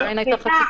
עמית,